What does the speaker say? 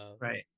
right